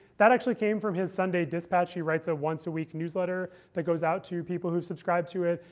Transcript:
that actually came from his sunday dispatch. he writes a once-a-week newsletter that goes out to people who subscribe to it.